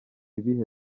ibihe